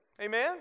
Amen